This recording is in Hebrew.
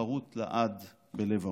חרוט לעד בלב האומה.